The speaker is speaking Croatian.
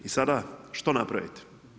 I sada, što napraviti?